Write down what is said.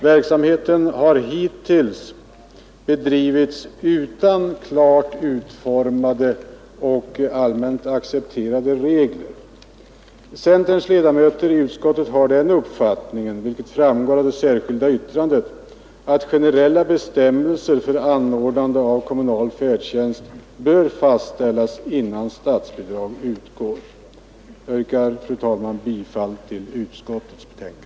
Verksamheten har hittills bedrivits utan klart utformade och allmänt accepterade regler. Centerns ledamöter i utskottet har den uppfattningen, vilket framgår av det särskilda yttrandet, att generella bestämmelser för anordnandet av kommunal färdtjänst bör fastställas innan statsbidrag utgår. Jag yrkar, fru talman, bifall till utskottets förslag.